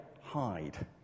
hide